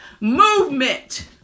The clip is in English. Movement